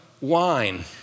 Wine